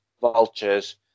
vultures